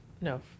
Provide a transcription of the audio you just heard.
no